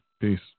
Peace